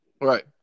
Right